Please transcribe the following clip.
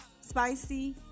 spicy